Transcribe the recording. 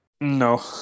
No